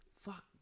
Fuck